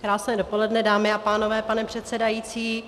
Krásné dopoledne, dámy a pánové, pane předsedající.